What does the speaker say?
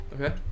Okay